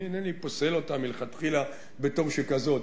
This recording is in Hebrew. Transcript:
אני אינני פוסל אותה מלכתחילה בתור שכזאת,